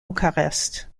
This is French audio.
bucarest